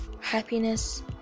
Happiness